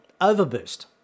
overboost